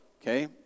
Okay